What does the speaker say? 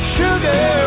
sugar